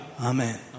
Amen